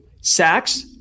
Sacks